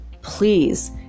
please